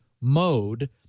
mode